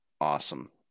awesome